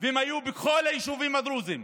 והם היו בכל היישובים הדרוזיים,